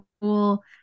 cool